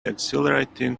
exhilarating